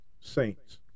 saints